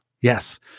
yes